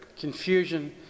confusion